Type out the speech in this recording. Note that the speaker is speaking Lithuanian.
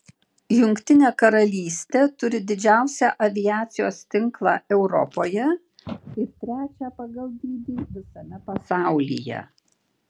jungtinė karalystė turi didžiausią aviacijos tinklą europoje ir trečią pagal dydį visame pasaulyje